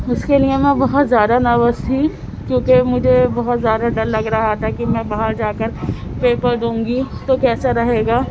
اُس کے لئے میں بہت زیادہ نروس تھی کیونکہ مجھے بہت زیادہ ڈر لگ رہا تھا کہ میں باہر جا کر پیپر دوں گی تو کیسا رہے گا